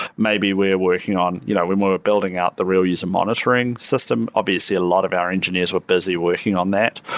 maybe we're working on you know when we're building out the real use of monitoring system. obviously, a lot of engineers were busy working on that,